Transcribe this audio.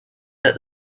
that